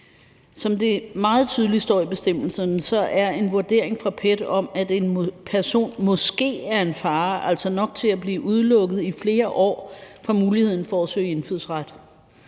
Som det meget tydeligt står i bestemmelserne, er en vurdering fra PET om, at en person måske er en fare, altså nok til at blive udelukket i flere år fra muligheden for at søge indfødsret.